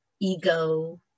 ego